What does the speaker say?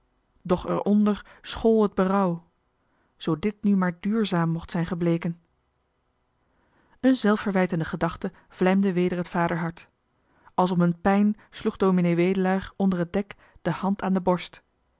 doch eronder schl het berouw zoo dit nu maar duurzaam mocht zijn gebleken een zelfverwijtende gedachte vlijmde weder het vaderhart als om een pijn sloeg ds wedelaar onder het dek de hand aan de borst